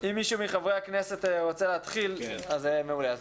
מישהו מחברי הכנסת רוצה להתחיל, מעולה.